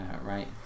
right